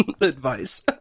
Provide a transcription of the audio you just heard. advice